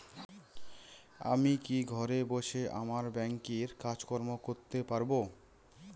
আমি কি ঘরে বসে আমার ব্যাংকের কাজকর্ম করতে পারব?